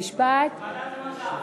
התשע"ד 2014, לדיון מוקדם